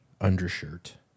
undershirt